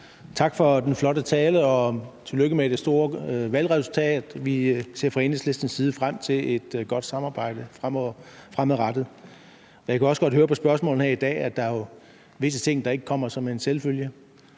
Tak for den flotte tale, og tillykke med det store valgresultat. Vi ser fra Enhedslistens side frem til et godt samarbejde fremadrettet, og jeg kan jo også godt høre på spørgsmålene her i dag, at der er visse ting, der ikke kommer som en selvfølge.